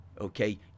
okay